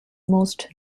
most